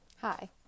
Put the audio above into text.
Hi